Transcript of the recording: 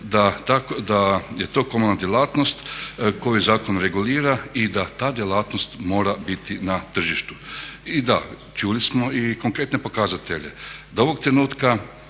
da je to komunalna djelatnost koju zakon regulira i da ta djelatnost mora biti na tržištu. I da, čuli smo i konkretne pokazatelje da ovog trenutka